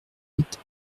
huit